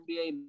NBA